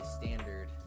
Standard